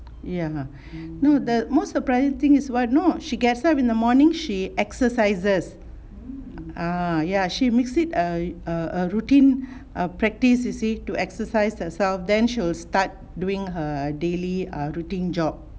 ya no the most surprising thing is what know she gets up in the morning she exercises uh ya she makes it a a a routine a practice you see to exercise herself then she will start doing her daily err routine job